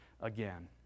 again